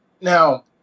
now